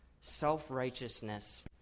self-righteousness